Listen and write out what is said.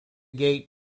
gate